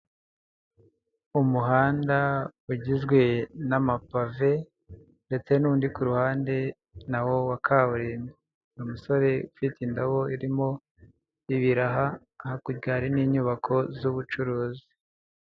Umuhanda ugizwe n'amapave ndetse n'undi ku ruhande na wo wa kaburimbo, umusore ufite indabo irimo ibiraha, hakurya hari n'inyubako z'ubucuruzi.